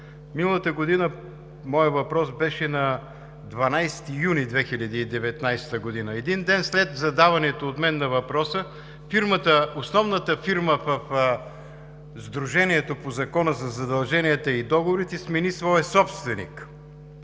Миналата година моят въпрос беше на 12 юни 2019 г. Един ден след задаването от мен на въпроса основната фирма в сдружението по Закона за задълженията и договорите смени своя собственик.